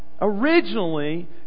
originally